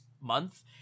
month